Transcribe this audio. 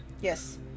Yes